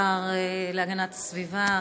השר להגנת הסביבה,